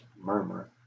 murmur